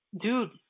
Dude